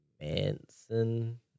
Manson